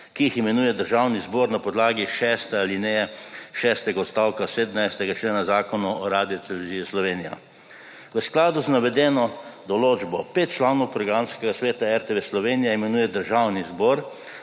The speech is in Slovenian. ki jih imenuje Državni zbor na podlagi šeste alineje šestega odstavka 17. člena Zakona o Radioteleviziji Slovenija. V skladu z navedeno določbo, 5 članov Programskega sveta RTV Slovenija imenuje Državni zbor